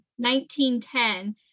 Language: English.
1910